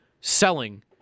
selling